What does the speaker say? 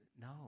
No